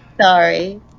sorry